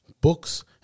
books